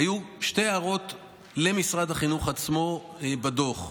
היו שתי הערות למשרד החינוך עצמו בדוח.